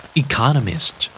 economist